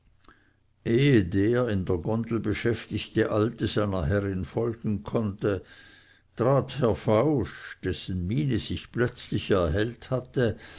der in der gondel beschäftigte alte seiner herrin folgen konnte trat herr fausch dessen miene sich plötzlich erhellt hatte